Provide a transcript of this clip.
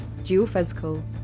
geophysical